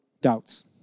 doubts